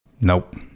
Nope